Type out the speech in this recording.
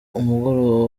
umugoroba